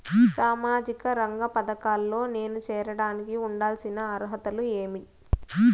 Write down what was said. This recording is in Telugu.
సామాజిక రంగ పథకాల్లో నేను చేరడానికి ఉండాల్సిన అర్హతలు ఏమి?